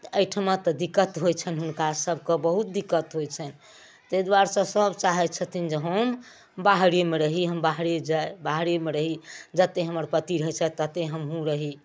तऽ एहिठिमा तऽ दिक्कत होइ छनि हुनका सभके बहुत दिक्कत होइ छनि ताहि दुआरे सँ सभ चाहै छथिन जे हम बाहरेमे रही हम बाहरे जाइ बाहरे मऽ रही जतहि हमर पति रहै छैथ ततहि हमहुँ रही